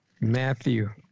Matthew